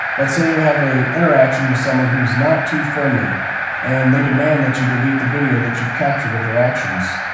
let's say you have a interaction with someone who's not too friendly and they demand that you delete the video that you've captured of their actions.